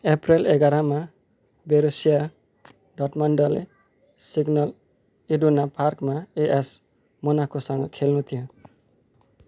April एघारमा Borussia डर्टमन्डले Signal Iduna पार्कमा एएस मोनाकोसँग खेल्नु थियो